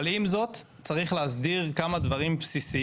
ואת זה אנחנו עושים גם כחלק מעבודה ממשלתית כללית וגם בחוקים ספציפיים